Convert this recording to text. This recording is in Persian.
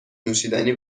نوشیدنی